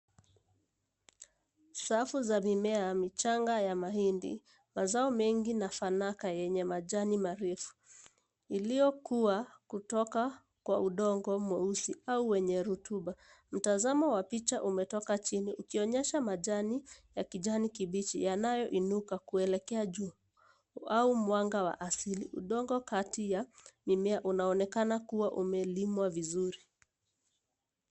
Safu za mimea michanga ya mahindi, mazao mengi na fanaka yenye majani marefu iliokua kutoka kwa udongo mweusi au wenye rutuba. Mtazamo wa picha umetoka chini ukionyesha majani ya kijani kibichi yanayo inuka kuelekea juu au mwanga wa asili. Udongo kati ya mimea unaonekana kuwa umelimwa vizuri.